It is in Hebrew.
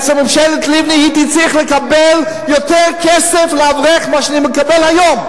אצל ממשלת לבני הייתי צריך לקבל יותר כסף לאברך ממה שאני מקבל היום.